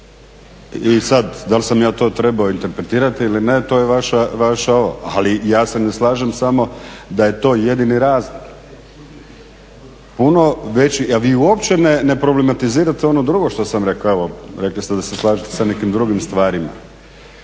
I sad dal sam ja to trebao interpretirati ili ne, to je vaša, ali ja se ne slažem samo da je to jedini razlog. Vi uopće ne problematizirate ono drugo što sam rekao. Evo rekli ste da se slažete sa nekim drugim stvarima